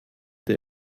der